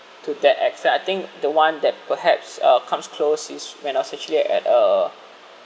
to that except I think the one that perhaps uh comes close is when I was actually at a